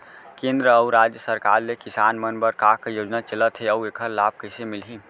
केंद्र अऊ राज्य सरकार ले किसान मन बर का का योजना चलत हे अऊ एखर लाभ कइसे मिलही?